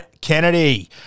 Kennedy